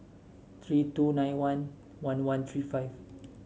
three two nine one one one three five